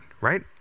right